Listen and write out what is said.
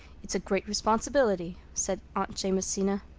it's a great responsibility, said aunt jamesina